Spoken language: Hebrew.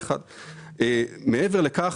מעבר לכך,